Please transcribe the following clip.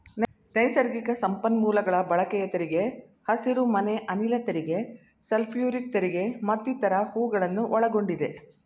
ನೈಸರ್ಗಿಕ ಸಂಪನ್ಮೂಲಗಳ ಬಳಕೆಯ ತೆರಿಗೆ, ಹಸಿರುಮನೆ ಅನಿಲ ತೆರಿಗೆ, ಸಲ್ಫ್ಯೂರಿಕ್ ತೆರಿಗೆ ಮತ್ತಿತರ ಹೂಗಳನ್ನು ಒಳಗೊಂಡಿದೆ